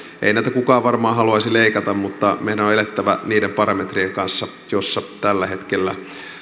ei näitä kukaan varmaan haluaisi leikata mutta meidän on elettävä niiden parametrien kanssa joissa tällä hetkellä